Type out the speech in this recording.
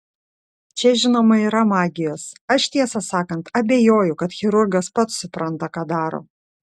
čia žinoma yra magijos aš tiesą sakant abejoju kad chirurgas pats supranta ką daro